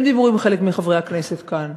הם דיברו עם חלק מחברי הכנסת כאן,